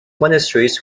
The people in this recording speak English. monasteries